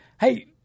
hey